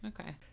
Okay